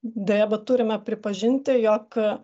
deja bet turime pripažinti jog